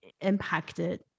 impacted